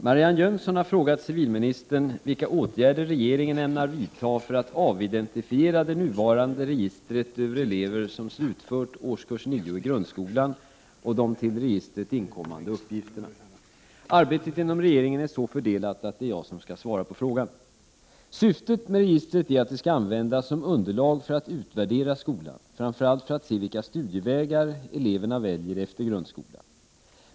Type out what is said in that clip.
Herr talman! Mariannne Jönsson har frågat civilministern vilka åtgärder regeringen ämnar vidta för att avidentifiera det nuvarande registret över elever som slutfört årskurs 9 i grundskolan och de till registret inkommande uppgifterna. Arbetet inom regeringen är så fördelat att det är jag som skall svara på frågan. Syftet med registret är att det skall användas som underlag för att utvärdera skolan, framför allt för att se vilka studievägar eleverna väljer efter grundskolan.